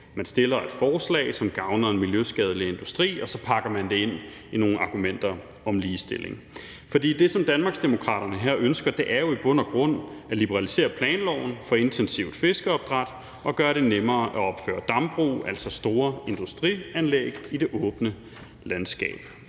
Man fremsætter et forslag, som gavner en miljøskadelig industri, og så pakker man det ind i nogle argumenter om ligestilling. For det, som Danmarksdemokraterne her ønsker, er jo i bund og grund at liberalisere planloven for intensivt fiskeopdræt og gøre det nemmere at opføre dambrug, altså store industrianlæg, i det åbne landskab,